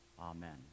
Amen